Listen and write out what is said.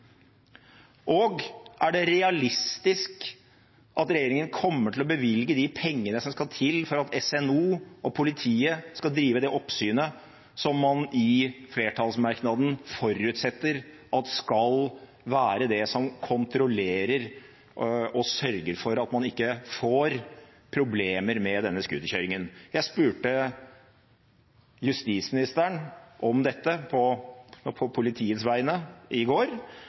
Og: Er det realistisk at regjeringen kommer til å bevilge de pengene som skal til for at SNO og politiet skal drive det oppsynet som man i en flertallsmerknad forutsetter skal være det som kontrollerer og sørger for at man ikke får problemer med denne scooterkjøringen? Jeg spurte justisministeren om dette på politiets vegne i går,